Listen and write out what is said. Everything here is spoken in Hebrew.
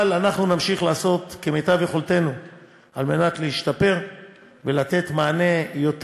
אבל אנחנו נמשיך לעשות כמיטב יכולתנו כדי להשתפר ולתת מענה טוב